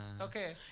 Okay